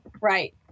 Right